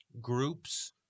groups